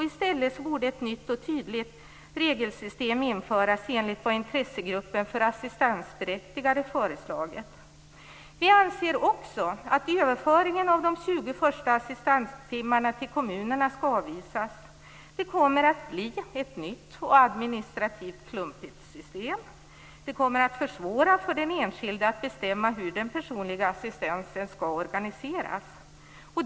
I stället borde ett nytt och tydligt regelsystem införas, i enlighet med vad Intressegruppen för assistansberättigade föreslagit. Vi anser också att förslaget om överföring av de 20 första assistanstimmarna till kommunerna skall avvisas. Det kommer att bli ett nytt och administrativt klumpigt system. Det kommer att försvåra för den enskilde att bestämma hur den personliga assistansen skall organiseras.